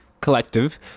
collective